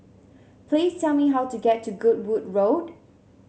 please tell me how to get to Goodwood Road